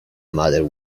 matter